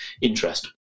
interest